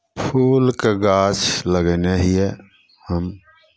फूलके गाछ लगयने हियै हम